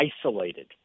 isolated